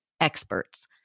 experts